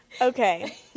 Okay